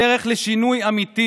בדרך לשינוי אמיתי